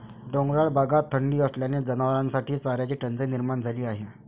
डोंगराळ भागात थंडी असल्याने जनावरांसाठी चाऱ्याची टंचाई निर्माण झाली आहे